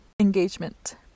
engagement